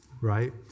Right